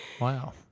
Wow